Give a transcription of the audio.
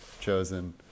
chosen